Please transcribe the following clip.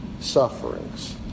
Sufferings